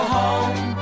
home